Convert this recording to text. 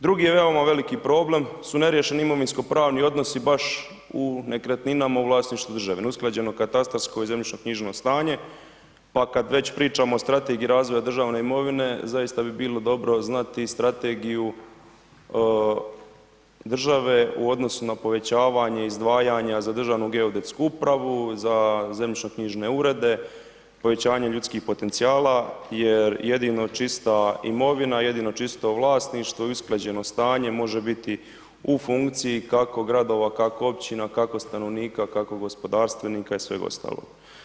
Drugi je veoma veliki problem su neriješeni imovinsko pravni odnosi baš u nekretninama u vlasništvu države, neusklađeno katastarsko i zemljišnoknjižno stanje, pa kad već pričamo o strategiji razvoja državne imovine zaista bi bilo dobro znati i strategiju države u odnosu na povećavanje izdvajanja za Državnu geodetsku upravu, za zemljišnoknjižne urede, povećanje ljudskih potencijala jer jedino čista imovina, jedino čisto vlasništvo i usklađeno stanje može biti u funkciji kako gradova, kako općina, kako stanovnika, kako gospodarstvenika i sveg ostalog.